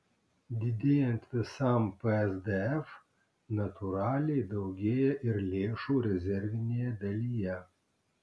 didėjant visam psdf natūraliai daugėja ir lėšų rezervinėje dalyje